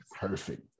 Perfect